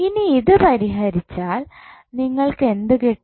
ഇനി ഇത് പരിഹരിച്ചാൽ നിങ്ങൾക്ക് എന്ത് കിട്ടും